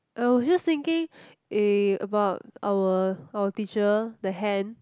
I was just thinking eh about our our teacher the hand